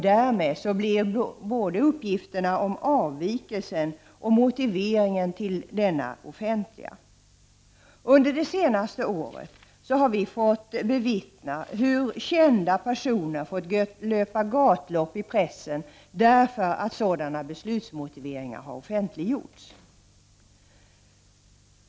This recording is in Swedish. Därmed blir både uppgifterna om avvikelsen och motiveringen till denna offentliga. Under det senaste året har vi fått bevittna hur kända personer fått löpa gatlopp i pressen därför att sådana beslutsmotiveringar har offentliggjorts.